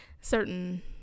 certain